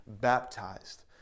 baptized